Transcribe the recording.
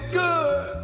good